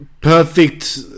Perfect